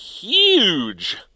huge